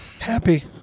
Happy